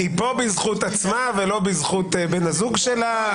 היא פה בזכות עצמה, ולא בזכות בן הזוג שלה.